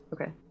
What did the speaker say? Okay